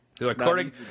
According